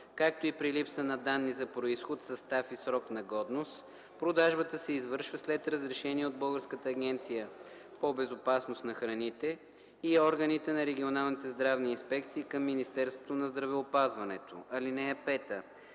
както и при липса на данни за произход, състав и срок на годност продажбата се извършва след разрешение от Българската агенция по безопасност на храните и органите на регионалните здравни инспекции към Министерството на здравеопазването. (5) Животни